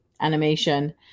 animation